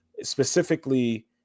Specifically